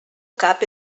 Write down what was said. cap